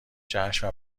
جشن